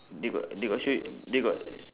they got they got show you they got